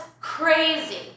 crazy